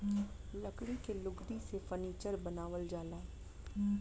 लकड़ी के लुगदी से फर्नीचर बनावल जाला